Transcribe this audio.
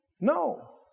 No